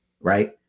right